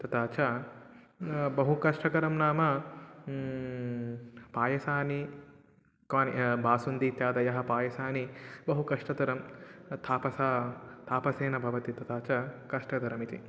तता च बहु कष्टकरं नाम पायसानि कानि बासुन्दि इत्यादयः पायसानि बहु कष्टतरं तपसा तपसा भवति तथा च कष्टतरमिति